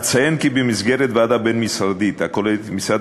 אציין כי במסגרת ועדה בין-משרדית הכוללת את משרד